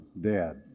dead